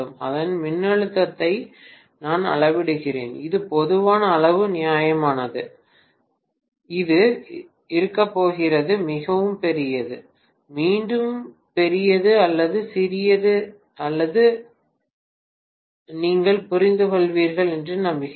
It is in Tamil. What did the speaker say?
அதன் மின்னழுத்தத்தை நான் அளவிடுகிறேன் இது போதுமான அளவு நியாயமானது இது இருக்கப்போகிறது மிகவும் பெரியது மீண்டும் பெரியது அல்லது சிறியது அல்லது உறவினர் நீங்கள் புரிந்துகொள்வீர்கள் என்று நம்புகிறேன்